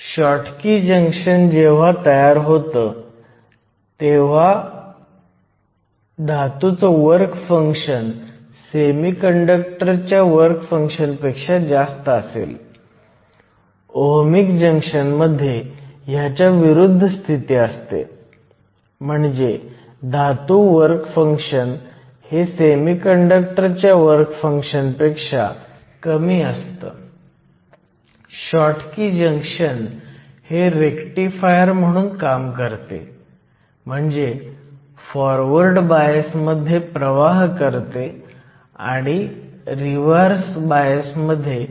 जेव्हा एखादे जंक्शन तयार होते तेव्हा डिप्लीशन रुंदी एकूण डिप्लीशन रुंदी आणि p आणि n बाजूवरील डिप्लीशन रुंदी देखील एक pn जंक्शन मूलत एक डायोड असतो तो एक रेक्टिफायर असतो ज्यामुळे फॉरवर्ड बायसमध्ये त्यामधून करंट वाहतो आणि रिव्हर्स बायसमध्ये कंडक्ट करत नाही